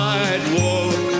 Sidewalk